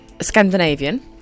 Scandinavian